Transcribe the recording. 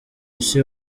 isi